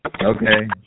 Okay